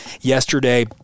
yesterday